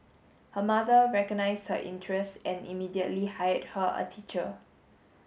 her mother recognised her interest and immediately hired her a teacher